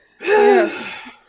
Yes